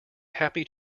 happy